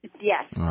Yes